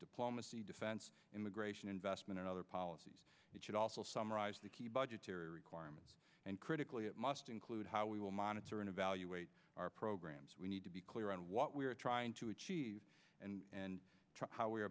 diplomacy defense immigration investment and other policies which would also summarize the key budgetary requirements and critically it must include how we will monitor and evaluate our programs we need to be clear on what we are trying to achieve and and how we are